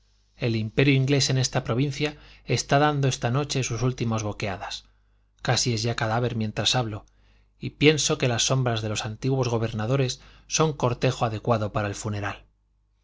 el imperio inglés en esta provincia está dando esta noche sus últimas boqueadas casi es ya cadáver mientras hablo y pienso que las sombras de los antiguos gobernadores son cortejo adecuado para el funeral